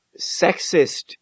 sexist